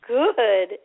good